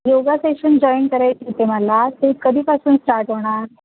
yoga session join करायचे होते मला ते कधीपासून स्टाट होणार